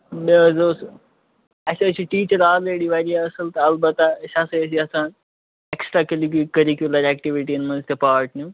مےٚ حظ اوس اَسہِ حظ چھِ ٹیٖچر آلریڈی واریاہ اَصٕل تہٕ اَلبتاہ أسۍ ہسا ٲسۍ یَژھان ایکٔسٹرا کٔرکوٗلَم ایکٹیٛوٗٹیٖزَن منٛز تہِ پارٹ نِیُن